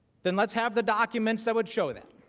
the mets have the documents that would show that